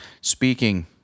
Speaking